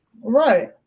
Right